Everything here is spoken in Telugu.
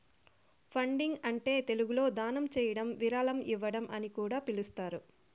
ఫండింగ్ అంటే తెలుగులో దానం చేయడం విరాళం ఇవ్వడం అని కూడా పిలుస్తారు